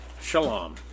Shalom